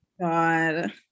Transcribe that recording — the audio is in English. god